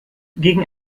gegen